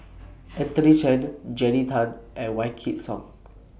Anthony Chen Jannie Tay and Wykidd Song